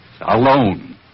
Alone